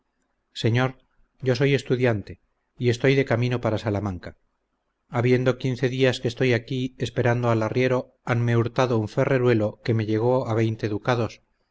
señor yo soy estudiante y estoy de camino para salamanca habiendo quince días que estoy aquí esperando al arriero hanme hurtado un ferreruelo que me llegó a veinte ducados